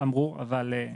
אבל נבדוק את זה כמובן.